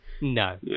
No